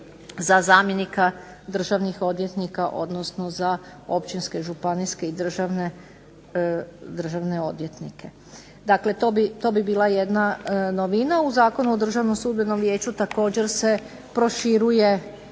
za zamjenika državnih odvjetnika, odnosno za općinske, županijske i državne odvjetnike. Dakle, to bi bila jedna novina. U Zakonu o Državnom sudbenom vijeću također se proširuje